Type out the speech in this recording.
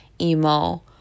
emo